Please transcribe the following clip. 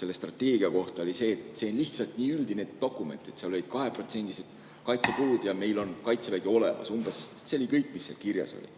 selle strateegia kohta oli see, et see on lihtsalt väga üldine dokument. Seal oli 2% kaitsekuludeks ja et meil on kaitsevägi olemas. See oli kõik, mis seal kirjas oli.